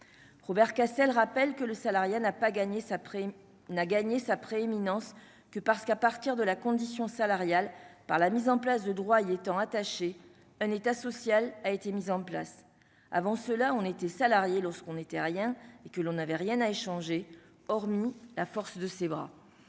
Robert Castel rappelle que le salarié n'a pas gagné sa prime n'a gagné sa prééminence que parce qu'à partir de la condition salariale par la mise en place de droits étant attaché un État social a été mis en place avant cela on était salarié lorsqu'on était rien et que l'on n'avait rien à échanger, hormis la force de ses bras,